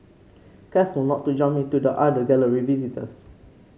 careful not to bump into the other Gallery visitors